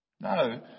No